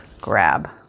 grab